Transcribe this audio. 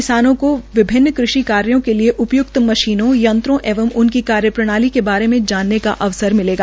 किसानों को विभिन्न कृषि कार्यो के लिए उपय्क्त मशीनों यंत्रों एवं उनकी कार्य प्रणाली के बारे में जानने का अवसर मिलेगा